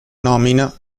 nomina